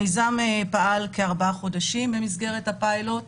המיזם פעל כארבעה חודשים במסגרת הפיילוט.